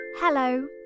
Hello